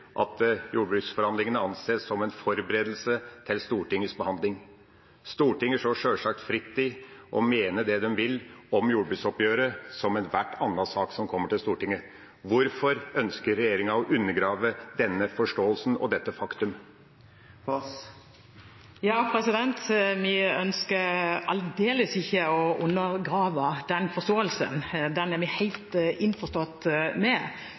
at jordbruksforhandlingene anses som en forberedelse til Stortingets behandling. Stortinget står sjølsagt fritt i å mene det de vil om jordbruksoppgjøret, som i enhver annen sak som kommer til Stortinget. Hvorfor ønsker regjeringa å undergrave denne forståelsen og dette faktum? Vi ønsker aldeles ikke å undergrave den forståelsen, den er vi helt innforstått med.